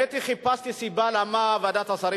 רבותי חברי הכנסת,